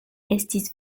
estis